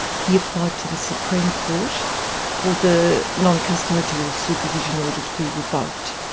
he applied to the supreme court for the non-custodial supervision order to be revoked.